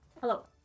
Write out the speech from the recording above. Hello